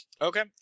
Okay